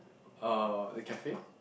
uh the cafe